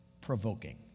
Provoking